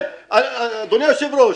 אדוני היושב-ראש,